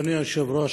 אדוני היושב-ראש,